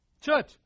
church